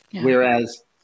Whereas